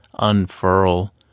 unfurl